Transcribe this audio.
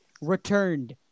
returned